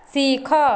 ଶିଖ